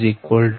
da2b2